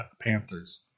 Panthers